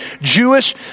Jewish